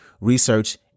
research